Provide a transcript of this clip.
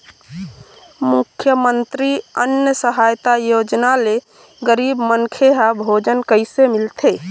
मुख्यमंतरी अन्न सहायता योजना ले गरीब मनखे ह भोजन कइसे मिलथे?